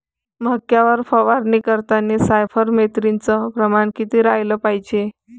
मक्यावर फवारनी करतांनी सायफर मेथ्रीनचं प्रमान किती रायलं पायजे?